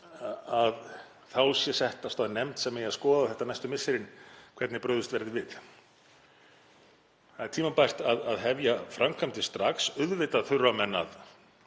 að þá sé sett af stað nefnd sem eigi að skoða næstu misserin hvernig brugðist verði við. Það er tímabært að hefja framkvæmdir strax. Auðvitað þurfa menn að